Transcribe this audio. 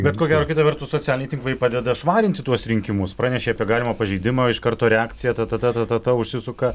bet ko gero kita vertus socialiniai tinklai padeda švarinti tuos rinkimus pranešė apie galimą pažeidimą iš karto reakcija ta ta ta ta ta ta užsisuka